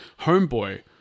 Homeboy